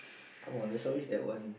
come on there's always that one